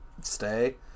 stay